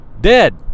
Dead